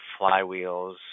flywheels